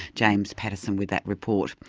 james pattison with that report,